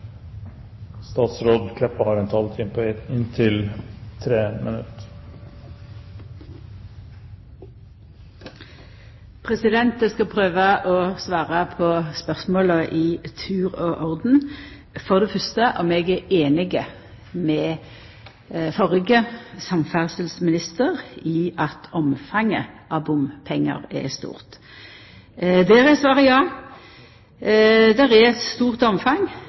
skal prøva å svara på spørsmåla i tur og orden, for det fyrste om eg er einig med førre samferdselsminister i at omfanget av bompengar er stort. Der er svaret ja, det er eit stort omfang.